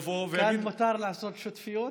כאן מותר לעשות שותפויות?